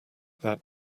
that